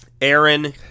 Aaron